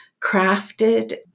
crafted